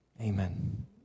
Amen